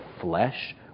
flesh